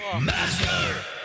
Master